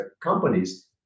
companies